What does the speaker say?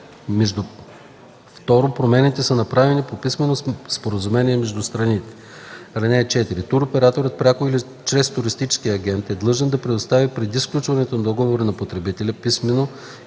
2. промените са направени по писмено споразумение между страните. (4) Туроператорът пряко или чрез туристически агент е длъжен да предостави преди сключването на договора на потребителя писмено